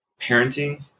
parenting